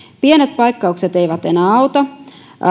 pienet paikkaukset eivät enää auta